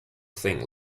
thing